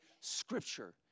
scripture